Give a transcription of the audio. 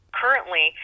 currently